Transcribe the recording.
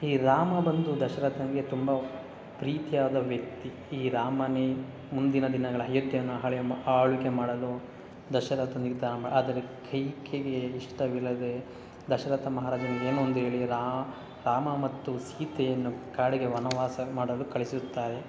ಈ ರಾಮ ಬಂದು ದಶರಥನಿಗೆ ತುಂಬ ಪ್ರೀತಿಯಾದ ವ್ಯಕ್ತಿ ಈ ರಾಮನೇ ಮುಂದಿನ ದಿನಗಳ ಅಯೋಧ್ಯೆಯನ್ನ ಆಳ್ವೆ ಆಳ್ವಿಕೆ ಮಾಡಲು ದಶರಥ ನಿರ್ಧಾರ ಮಾ ಆದರೆ ಕೈಕೇಯಿಗೆ ಇಷ್ಟವಿಲ್ಲದೆ ದಶರಥ ಮಹಾರಾಜನಿಗೆ ಏನೋ ಒಂದು ಹೇಳಿ ರಾಮ ಮತ್ತು ಸೀತೆಯನ್ನು ಕಾಡಿಗೆ ವನವಾಸ ಮಾಡಲು ಕಳಿಸುತ್ತಾರೆ